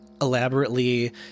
elaborately